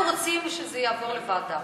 אנחנו רוצים שזה יעבור לוועדה.